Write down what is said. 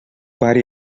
pare